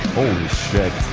shit